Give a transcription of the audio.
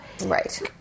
right